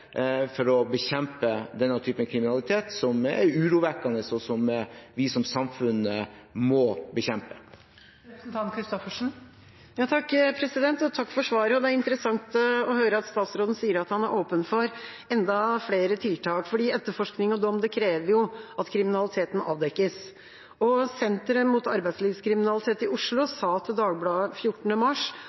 for å bekjempe denne typen kriminalitet, som er urovekkende, og som vi som samfunn må bekjempe. Takk for svaret. Det er interessant å høre at statsråden sier at han er åpen for enda flere tiltak, for etterforskning og dom krever jo at kriminaliteten avdekkes. Senteret mot arbeidslivskriminalitet i Oslo sa til Dagbladet 14. mars